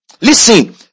Listen